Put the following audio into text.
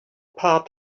part